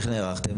איך נערכתם?